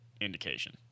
indication